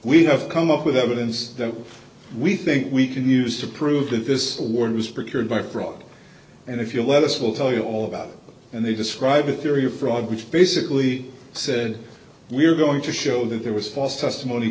we have come up with evidence that we think we can use to prove that this award was procured by fraud and if you let us we'll tell you all about and they describe a theory of fraud which basically said we were going to show that there was false testimony